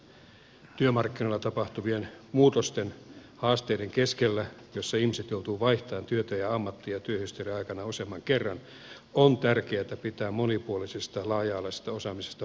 työmarkkinoilla tapahtuvien muutosten haasteiden keskellä jolloin ihmiset joutuvat vaihtamaan työtä ja ammattia työhistorian aikana useamman kerran on tärkeätä pitää monipuolisesta laaja alaisesta osaamisesta huolta